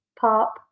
Pop